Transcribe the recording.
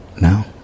Now